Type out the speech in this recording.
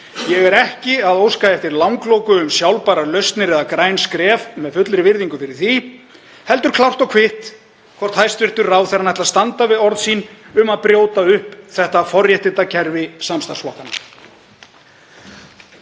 Ég er ekki að óska eftir langloku um sjálfbærar lausnir eða græn skref, með fullri virðingu fyrir því, heldur klárt og kvitt hvort hæstv. ráðherra ætli að standa við orð sín um að brjóta upp þetta forréttindakerfi samstarfsflokkanna.